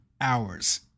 hours